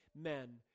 men